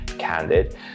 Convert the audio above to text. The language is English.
Candid